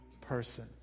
person